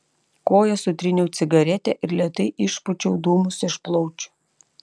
koja sutryniau cigaretę ir lėtai išpūčiau dūmus iš plaučių